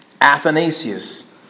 Athanasius